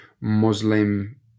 muslim